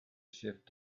shift